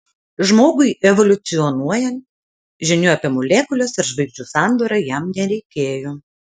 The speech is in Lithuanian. žmogui evoliucionuojant žinių apie molekules ar žvaigždžių sandarą jam nereikėjo